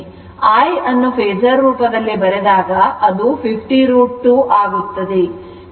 I ಅನ್ನು phasor ರೂಪದಲ್ಲಿ ಬರೆದಾಗ ಅದು 50 √ 2 ಆಗುತ್ತದೆ